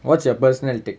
what's your personal take